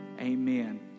amen